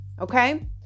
okay